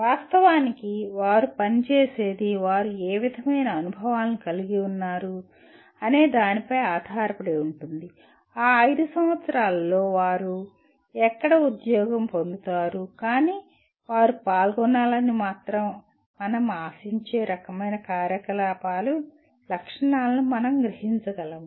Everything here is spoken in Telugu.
వాస్తవానికి వారు పని చేసేది వారు ఏ విధమైన అనుభవాలు కలిగి ఉన్నారు అనే దాని పై ఆధారపడి ఉంటుంది ఆ 5 సంవత్సరాలలో వారు ఎక్కడ ఉద్యోగం పొందుతారు కానీ వారు పాల్గొనాలని మనం ఆశించే రకమైన కార్యకలాపాల లక్షణాలను మనం గ్రహించగలము